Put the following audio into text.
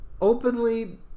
openly